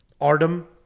Artem